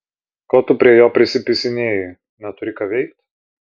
ko tu prie jo prisipisinėji neturi ką veikt